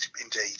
indeed